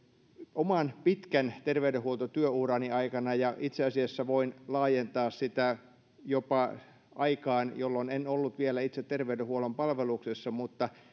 oman pitkän terveydenhuoltotyöurani aikana ja itse asiassa voin laajentaa sitä jopa aikaan jolloin en ollut vielä itse terveydenhuollon palveluksessa mutta